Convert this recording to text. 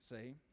See